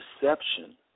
deception